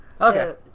Okay